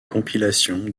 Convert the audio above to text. compilations